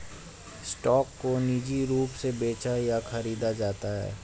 stock को निजी रूप से बेचा या खरीदा जाता है